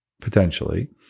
potentially